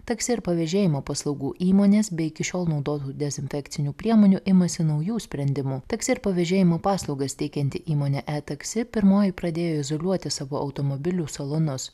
taksi ir pavėžėjimo paslaugų įmonės be iki šiol naudotų dezinfekcinių priemonių imasi naujų sprendimų taksi ir pavėžėjimo paslaugas teikianti įmonė taksi pirmoji pradėjo izoliuoti savo automobilių salonus